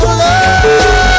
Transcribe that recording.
love